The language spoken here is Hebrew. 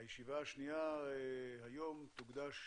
הישיבה היום תוקדש